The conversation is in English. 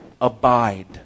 abide